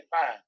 fine